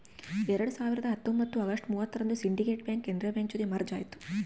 ಎರಡ್ ಸಾವಿರದ ಹತ್ತೊಂಬತ್ತು ಅಗಸ್ಟ್ ಮೂವತ್ತರಂದು ಸಿಂಡಿಕೇಟ್ ಬ್ಯಾಂಕ್ ಕೆನರಾ ಬ್ಯಾಂಕ್ ಜೊತೆ ಮರ್ಜ್ ಆಯ್ತು